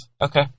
Okay